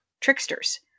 tricksters